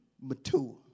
mature